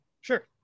Sure